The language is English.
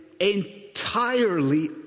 entirely